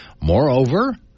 Moreover